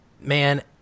man